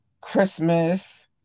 Christmas